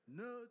no